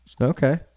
Okay